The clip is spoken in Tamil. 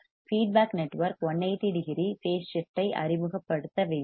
feedback network 180 degree phase shift ஐ அறிமுகப்படுத்த வேண்டும்